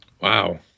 Wow